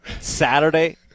Saturday